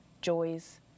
joys